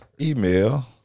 email